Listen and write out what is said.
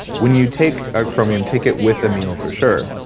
when you take ah chromium take it with a meal, for sure.